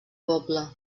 poble